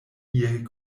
iel